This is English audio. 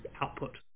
output